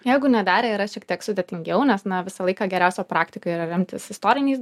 jeigu nedarę yra šiek tiek sudėtingiau nes na visą laiką geriausia praktika yra remtis istoriniais